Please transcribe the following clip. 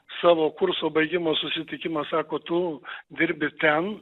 savo kurso baigimo susitikimą sako tu dirbi ten